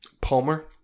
Palmer